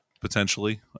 potentially